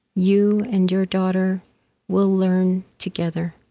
you and your daughter will learn together.